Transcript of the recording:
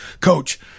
coach